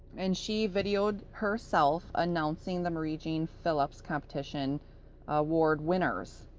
and she videoed herself announcing the marie jean philip's competition award winners.